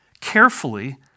Carefully